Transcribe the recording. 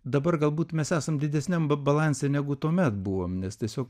dabar galbūt mes esam didesniam balanse negu tuomet buvom nes tiesiog